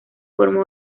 forma